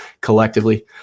collectively